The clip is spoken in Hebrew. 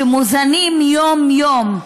שמוזנים יום-יום,